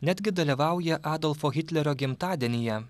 netgi dalyvauja adolfo hitlerio gimtadienyje